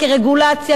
כרגולציה,